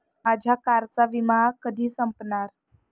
माझ्या कारचा विमा कधी संपणार